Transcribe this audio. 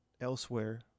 elsewhere